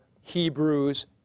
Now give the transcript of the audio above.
Hebrews